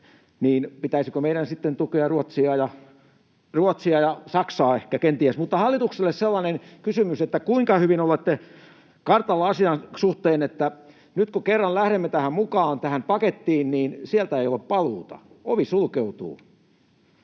niin pitäisikö meidän sitten tukea Ruotsia ja Saksaa, ehkä, kenties? Mutta hallitukselle sellainen kysymys: kuinka hyvin olette kartalla asian suhteen, että nyt kun kerran lähdemme mukaan tähän pakettiin, niin sieltä ei ole paluuta, ovi sulkeutuu?